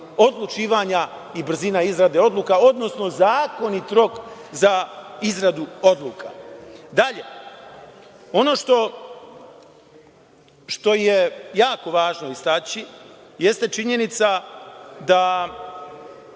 odlučivanja i brzina izrade odluka, odnosno zakonit rok za izradu odluka. Dalje, ono što je jako važno istaći jeste činjenica da